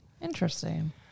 Interesting